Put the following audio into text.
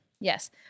Yes